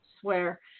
swear